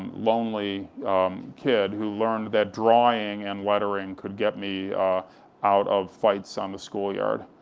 lonely kid who learned that drawing and lettering could get me out of fights on the schoolyard.